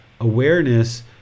awareness